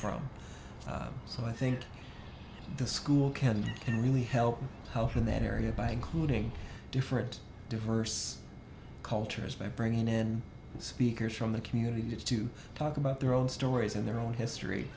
from so i think the school can really help help in that area by including different diverse cultures by bringing in speakers from the community to talk about their own stories and their own history